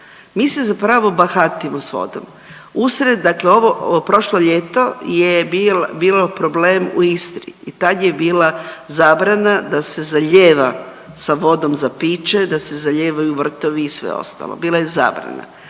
Mi se zapravo bahatimo s vodom. Usred, dakle ovo, prošlo ljeto je bilo problem u Istri i tad je bila zabrana da se zalijeva sa vodom za piće, da se zalijevaju vrtovi i sve ostalo. Bila je zabrana,